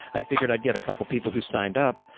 i figured i'd get a couple people who signed up.